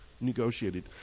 negotiated